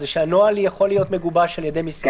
זה שהנוהל יכול להיות מגובש על ידי משרד.